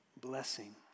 blessing